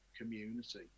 community